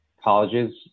colleges